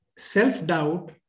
self-doubt